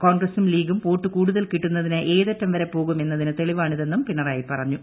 കോൺഗ്രസും ലീഗും വോട്ടു കൂടുതൽ കിട്ടുന്നതിന് ഏതറ്റം വരെ പോകും എന്നതിന് തെളിവാണിതെന്നും പിണറായി പറഞ്ഞു